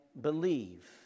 believe